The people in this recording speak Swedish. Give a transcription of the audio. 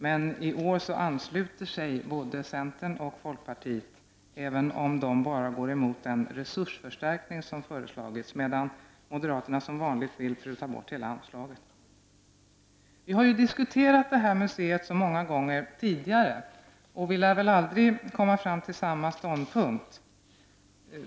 Men i år ansluter sig både centern och folkpartiet, även om de går emot endast den resursförstärkning som föreslagits, medan moderaterna som vanligt vill pruta bort hela anslaget. Vi har diskuterat detta museum så många gånger tidigare, och vi lär väl aldrig komma fram till samma ståndpunkt.